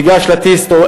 ניגש לטסט,